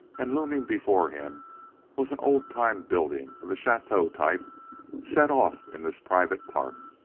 and looming before him was an old-time building of the chateau type set off in this private park.